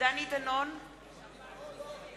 (קוראת בשמות חברי הכנסת)